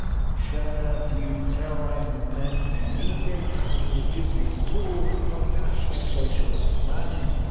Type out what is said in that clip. schorner. viewed terrorizing the men underneath him as a legitimate tool of national socialist command,